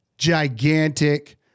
Gigantic